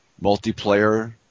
multiplayer